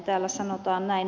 täällä sanotaan näin